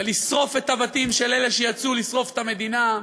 ולשרוף את הבתים של אלה שיצאו לשרוף את המדינה.